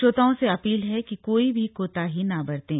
श्रोताओं से अपील है कि कोई भी कोताही न बरतें